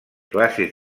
classes